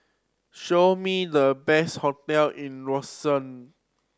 show me the best hotel in Roseau